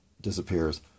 disappears